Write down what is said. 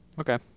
Okay